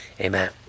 Amen